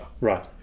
right